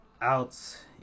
out